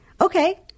Okay